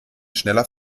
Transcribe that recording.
schneller